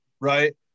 right